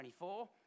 24